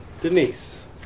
denise